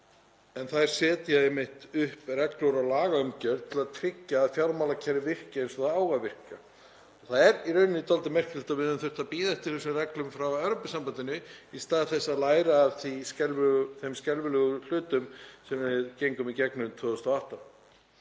halda. Þær setja einmitt upp reglur og lagaumgjörð til að tryggja að fjármálakerfið virki eins og það á að virka. Það er í rauninni dálítið merkilegt að við höfum þurft að bíða eftir þessum reglum frá Evrópusambandinu í stað þess að læra af þeim skelfilegu hlutum sem við gengum í gegnum 2008.